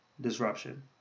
disruption